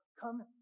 come